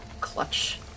clutch